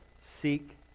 seek